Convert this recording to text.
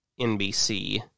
NBC